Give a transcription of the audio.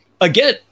again